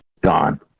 gone